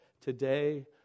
Today